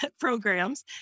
programs